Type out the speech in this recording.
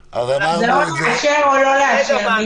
הוועדה יכולה לאשר או לא לאשר, מיקי.